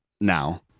now